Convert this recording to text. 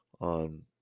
on